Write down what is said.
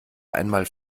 einmal